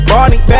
Barney